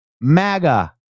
MAGA